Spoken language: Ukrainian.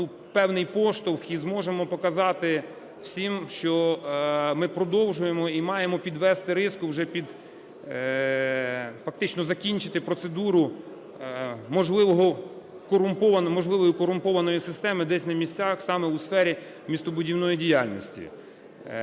дамо певний поштовх і зможемо показати всім, що ми продовжуємо і маємо підвести риску вже під… фактично закінчити процедуру можливої корумпованої системи десь на місцях саме у сфері містобудівної діяльності.